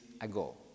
ago